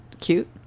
cute